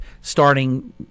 starting